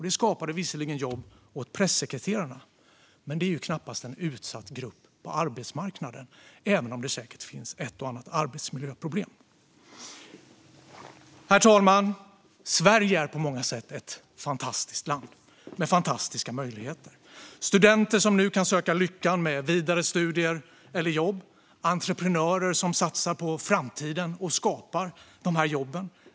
Det skapade visserligen jobb åt pressekreterarna, men de är knappast en utsatt grupp på arbetsmarknaden, även om det säkert finns ett och annat arbetsmiljöproblem. Herr talman! Sverige är på många sätt ett fantastiskt land med fantastiska möjligheter - studenter som nu kan söka lyckan med vidare studier eller jobb och entreprenörer som satsar på framtiden och skapar dessa jobb.